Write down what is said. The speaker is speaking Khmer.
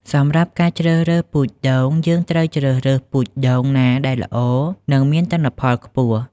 សម្រាប់ការជ្រើសរើសពូជដូង យើងត្រូវជ្រើសរើសពូជដូងណាដែលល្អ និងមានទិន្នផលខ្ពស់។